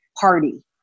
party